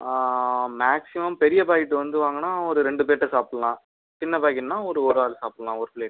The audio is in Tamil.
மேக்சிமம் பெரிய பாக்கெட் வந்து வாங்கினா ஒரு ரெண்டு பேருகிட்ட சாப்பிட்லாம் சின்ன பாக்கெட்னால் ஒரு ஒரு ஆள் சாப்பிட்லாம் ஒரு ப்ளேட்